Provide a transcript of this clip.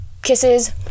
kisses